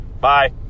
Bye